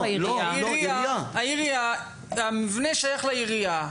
העירייה, והמבנה שייך לעירייה.